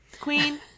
Queen